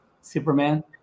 Superman